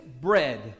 bread